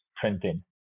printing